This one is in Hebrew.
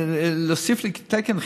כדי להוסיף לי תקן,